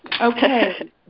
Okay